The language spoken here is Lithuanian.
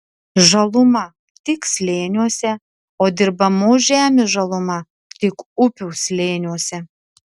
žaluma tik slėniuose o dirbamos žemės žaluma tik upių slėniuose